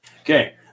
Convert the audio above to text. Okay